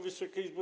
Wysoka Izbo!